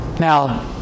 Now